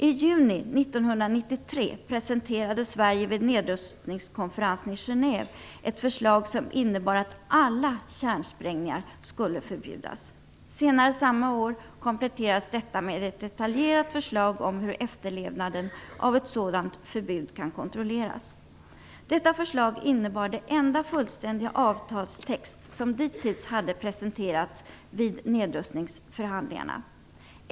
I juni 1993 presenterade Sverige vid nedrustningskonferensen i Genève ett förslag som innebar att alla kärnsprängningar skulle förbjudas. Senare samma år kompletterades detta med ett detaljerat förslag om hur efterlevnaden av ett sådant förbud kan kontrolleras. Detta förslag innebar den enda fullständiga avtalstext som dittills hade presenterats vid nedrustningsförhandlingarna.